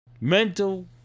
mental